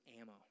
ammo